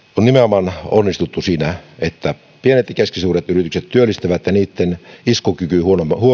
on nimenomaan onnistuttu siinä että pienet ja keskisuuret yritykset työllistävät ja niitten iskukyky huonona